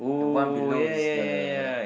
the one below is the